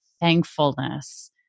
thankfulness